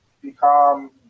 become